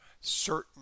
certain